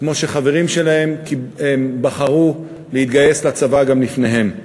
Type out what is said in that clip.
כמו שחברים שלהם בחרו להתגייס לצבא גם לפניהם.